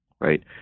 right